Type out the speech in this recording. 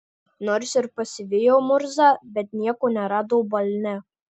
nors ir pasivijo murzą bet nieko nerado balne